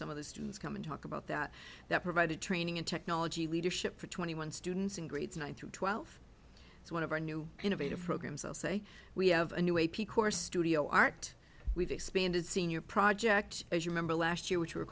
some of the students come and talk about that that provided training and technology leadership for twenty one students in grades one through twelve so one of our new innovative programs i'll say we have a new a p courses studio art we've expanded senior project as remember last year which we're